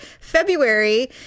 February